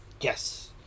Yes